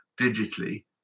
digitally